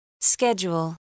Schedule